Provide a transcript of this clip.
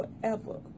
forever